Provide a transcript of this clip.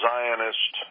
Zionist